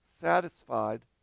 satisfied